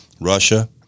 Russia